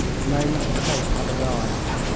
the moment of fate had arrived.